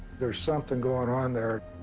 there's something going on there.